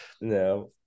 No